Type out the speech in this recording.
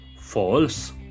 False